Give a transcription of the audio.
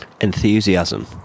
Enthusiasm